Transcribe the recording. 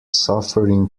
suffering